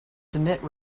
submit